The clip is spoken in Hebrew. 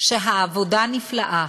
שהעבודה הנפלאה